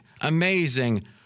Amazing